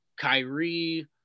Kyrie